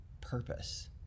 purpose